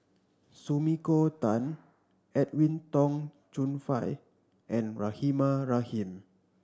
Sumiko Tan Edwin Tong Chun Fai and Rahimah Rahim